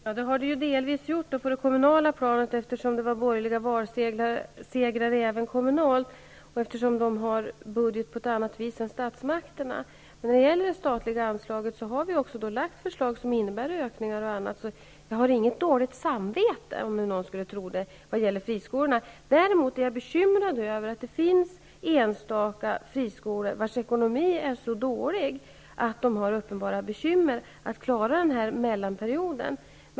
Fru talman! Det har delvis kommit pengar på det kommunala planet. Det var ju borgerliga segrar även där. Kommunerna har ju en annan budget än statsmakterna. När det gäller det statliga anslaget har regeringen lagt fram förslag som innebär ökningar osv. Jag har inget dåligt samvete -- om nu någon skulle tro det -- när det gäller de fristående skolorna. Däremot är jag bekymrad över att det finns enstaka fristående skolor, vars ekonomi är så dålig att de har uppenbara bekymmer att klara mellanperioden.